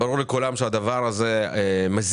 ברור לכולם שהדבר הזה מזיק